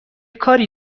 کاری